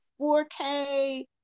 4k